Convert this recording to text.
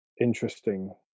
interesting